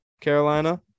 Carolina